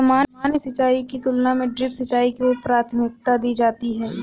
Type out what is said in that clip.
सामान्य सिंचाई की तुलना में ड्रिप सिंचाई को प्राथमिकता दी जाती है